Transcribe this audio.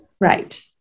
right